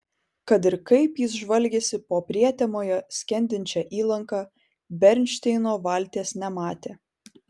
kad ir kaip jis žvalgėsi po prietemoje skendinčią įlanką bernšteino valties nematė